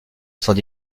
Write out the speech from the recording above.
sans